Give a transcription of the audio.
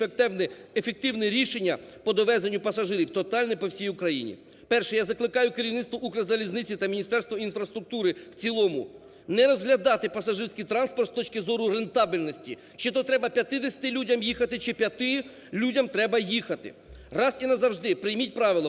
ефективне рішення по довезенню пасажирів тотальне по всій Україні. Перше, я закликаю керівництво "Укрзалізниці" та Міністерство інфраструктури в цілому не розглядати пасажирський транспорт з точки зору рентабельності: чи то треба 50 людям їхати, чи 5 людям треба їхати. Раз і назавжди прийміть правило: